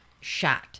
shot